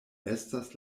estas